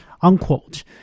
unquote